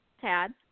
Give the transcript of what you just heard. Tad